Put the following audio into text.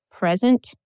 present